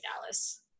Dallas